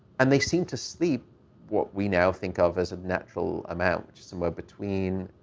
and they seem to sleep what we now think of as a natural amount, which is somewhere between,